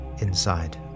inside